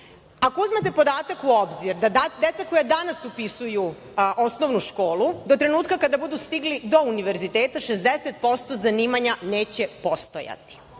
uzmete podatak u obzir da deca koja danas upisuju osnovnu školu do trenutka kada budu stigli do univerziteta 60% zanimanja neće postojati,